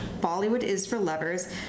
Bollywoodisforlovers